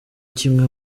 kimwe